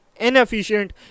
inefficient